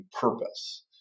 purpose